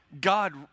God